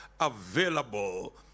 available